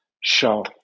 show